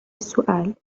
السؤال